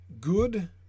good